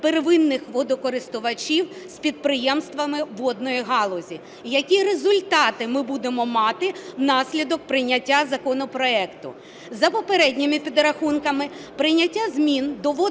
первинних водокористувачів з підприємствами водної галузі. Які результати ми будемо мати внаслідок прийняття законопроекту. За попередніми підрахунками прийняття змін до Водного